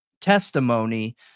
testimony